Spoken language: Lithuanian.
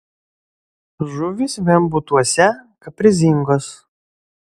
žuvys vembūtuose kaprizingos